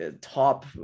top